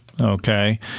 Okay